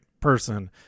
person